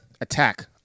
attack